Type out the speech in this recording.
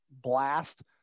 blast